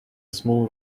small